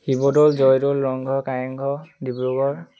Sivadol Joydol Rang Ghar Kareng Ghar Dibrugarh